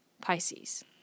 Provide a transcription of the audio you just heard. Pisces